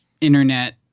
internet